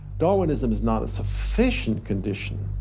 darwinism is not a sufficient condition